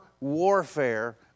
warfare